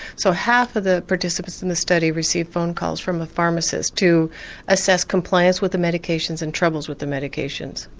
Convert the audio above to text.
so half of the participants in the study received phone calls from a pharmacist to assess compliance with the medications and troubles with the medications.